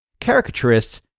Caricaturists